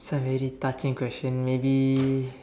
that's very touching question maybe